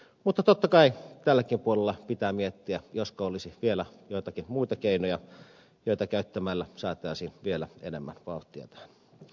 mutta totta kai tälläkin puolella pitää miettiä josko olisi vielä joitakin muita keinoja joita käyttämällä saataisiin vielä enemmän vauhtia tähän